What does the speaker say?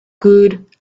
good